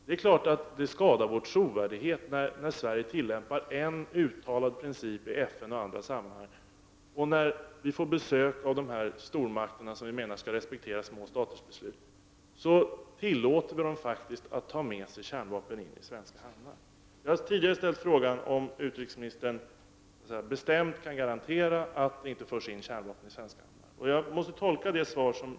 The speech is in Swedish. Det är klart att det skadar vår trovärdighet när Sverige tillämpar en uttalad princip i FN och andra internationella sammanhang samtidigt som vi när vi får besök av dessa stormakter, som vi menar skall respektera små staters beslut, tillåter dem att föra med sig kärnvapen in i svenska hamnar. Jag har tidigare ställt frågan om utrikesministern bestämt kan garantera att det inte förs in kärnvapen i svenska hamnar.